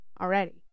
already